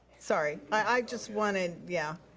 sorry, i just wanted, yeah.